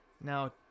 Now